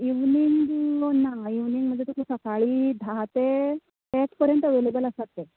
evening ना evening म्हणजे तुका सकाळीं धा ते एक पर्यंत अवेलबल आसात ते